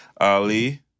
Ali